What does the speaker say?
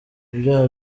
ibyaha